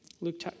Luke